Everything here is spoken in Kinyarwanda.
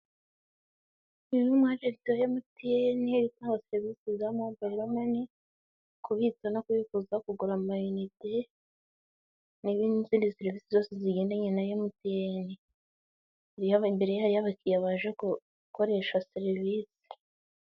Uyu ni umwajenti wa MTN, bari gusaba serivise za mobayiro mani; kubitsa no kubikuza, kugura amayinite n'izindi serivise zose zigendanye na MTN. Ari imbere y'abakiriya baje gukoresha serivise.